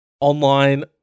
online